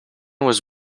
was